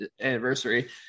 anniversary